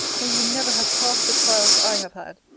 may you never have half the trials i have had!